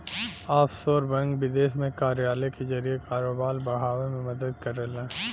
offshore bank विदेश में कार्यालय के जरिए कारोबार बढ़ावे में मदद करला